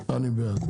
אני בעד.